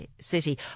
city